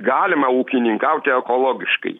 galima ūkininkauti ekologiškai